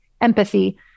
empathy